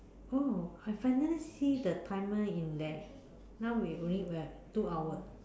oh I finally see the timer in there now we only at two hour